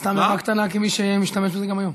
סתם הערה קטנה, כמי שמשתמש בזה גם היום.